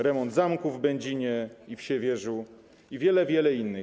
Remont zamku w Będzinie i w Siewierzu i wiele, wiele innych.